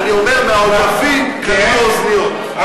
אני אומר, מהעודפים קנו לו אוזניות.